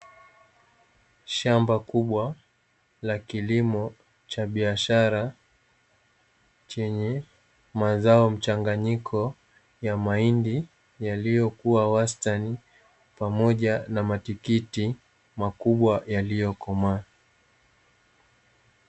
Shamba kubwa la kilimo cha biashara, chenye mazao mchanganyiko ya mahindi yaliyokuwa wastani pamoja na matikiti makubwa yaliyokomaa.